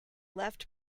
left